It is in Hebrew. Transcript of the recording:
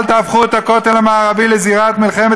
אל תהפכו את הכותל המערבי לזירת מלחמת